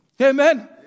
Amen